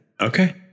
Okay